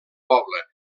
poble